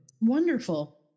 Wonderful